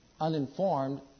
uninformed